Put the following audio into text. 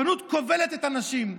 הרבנות כובלת את הנשים.